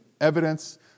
evidence